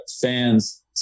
fans